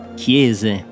chiese